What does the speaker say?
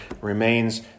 remains